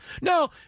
No